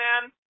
man